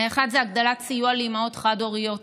האחד זה הגדלת הסיוע לאימהות חד-הוריות